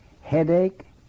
headache